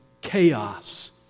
chaos